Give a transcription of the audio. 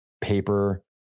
paper